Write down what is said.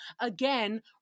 Again